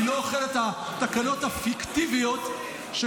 אני לא אוכל את התקנות הפיקטיביות שקבעת